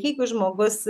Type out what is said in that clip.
jeigu žmogus